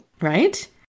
right